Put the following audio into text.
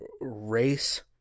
race